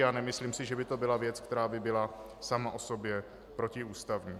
A nemyslím si, že by to byla věc, která by byla sama o sobě protiústavní.